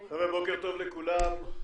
בוקר טוב לכולם.